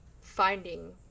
finding